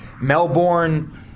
Melbourne